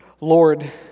Lord